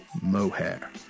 Mohair